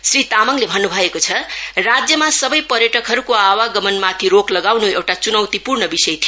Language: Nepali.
श्री तामाङले भन्नु भएको छ राज्यमा सबै पर्यटकहरूको आवागमनमाथि रोक लगाउनु एउटा चुनौतीपूर्ण विषय थियो